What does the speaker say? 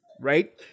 right